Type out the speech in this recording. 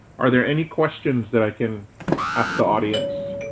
are there any questions that i can ask the audience?